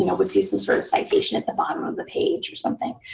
you know would do some sort of citation at the bottom of the page or something.